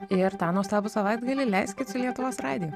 ir tą nuostabų savaitgalį leiskit su lietuvos radiju